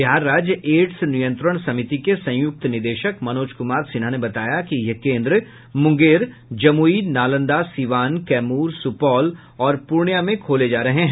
बिहार रज्य एड्स नियंत्रण समिति के संयुक्त निदेशक मनोज कुमार सिन्हा ने बताया कि यह केन्द्र मुंगेर जमुई नालंदा सिवान कैमूर सुपौल और पूर्णिया में खोले जा रहे हैं